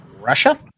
Russia